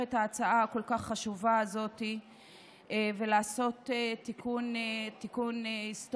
את ההצעה הכל-כך חשובה הזאת ולעשות תיקון היסטורי.